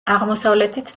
აღმოსავლეთით